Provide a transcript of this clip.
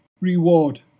reward